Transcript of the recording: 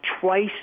twice